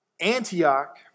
Antioch